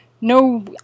no